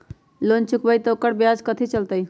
Loan चुकबई त ओकर ब्याज कथि चलतई?